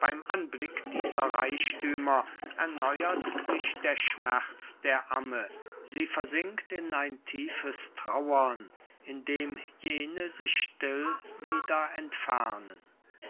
beim anblick dieser reich tümer erneuert sich der schmerz der amme sie versinkt in ein tiefes trauern indem jene sich still wieder entfernen